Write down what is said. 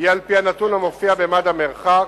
יהיה על-פי הנתון המופיע במד המרחק,